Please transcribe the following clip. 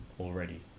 already